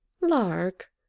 Lark